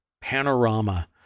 panorama